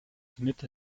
smith